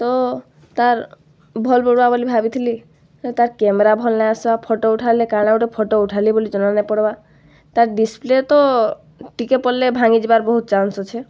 ତ ତାର୍ ଭଲ୍ ପଡ଼୍ବା ବୋଲି ଭାବିଥିଲି ହେଲେ ତାର୍ କ୍ୟାମେରା ଭଲ୍ ନାଇଁ ଆସ୍ବାର୍ ଫୋଟୋ ଉଠାଲେ କାଣା ଗୋଟେ ଫୋଟୋ ଉଠାଲି ବୋଲି ଜଣାନାଇଁପଡ଼ବାର୍ ତାର୍ ଡ଼ିସ୍ପ୍ଲେ ତ ଟିକେ ପଡ଼୍ଲେ ଭାଙ୍ଗି ଯିବାର୍ ବହୁତ୍ ଚାନ୍ସ୍ ଅଛେ